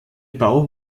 bau